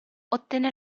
ottenne